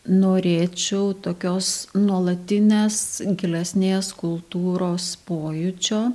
norėčiau tokios nuolatinės gilesnės kultūros pojūčio